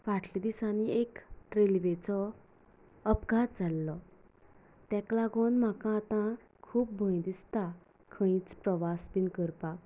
फाटल्यां दिसांनी एक रेल्वेचो अपघात जाल्लो ताका लागून म्हाका आतां खूब भंय दिसता खंयच प्रवास बी करपाक